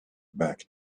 back